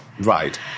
Right